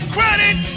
Credit